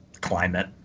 climate